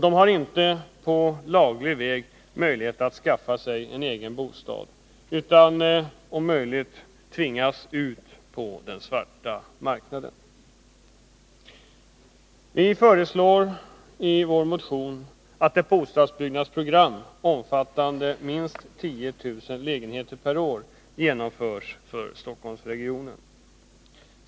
De har inte på laglig väg möjlighet att skaffa sig en egen bostad utan kan tvingas ut på den svarta marknaden. Vi föreslår i vår motion att ett bostadsbyggnadsprogram omfattande minst 10 000 lägenheter per år genomförs för Stockholmsregionen.